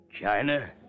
China